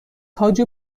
تاج